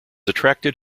attracted